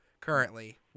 currently